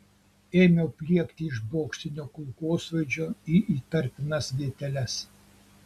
ėmiau pliekti iš bokštinio kulkosvaidžio į įtartinas vieteles